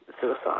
suicide